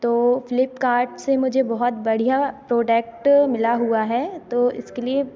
तो फ्लिपकार्ट से मुझे बहुत बढ़िया प्रोडक्ट मिला हुआ है तो इसके लिए